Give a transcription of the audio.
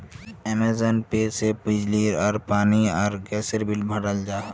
Amazon pay से बिजली आर पानी आर गसेर बिल बहराल जाहा